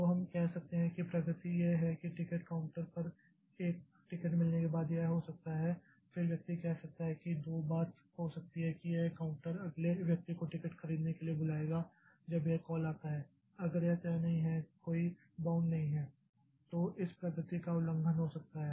तो हम कह सकते हैं कि प्रगति यह है कि टिकट काउंटर पर एक टिकट मिलने के बाद यह हो सकता है फिर व्यक्ति कह सकता है कि दो बात हो सकती है कि यह काउंटर अगले व्यक्ति को टिकट खरीदने के लिए बुलाएगा जब यह कॉल आता है अगर यह तय नहीं है कि कोई बाउंड नहीं है तो इस प्रगति का उल्लंघन हो सकता है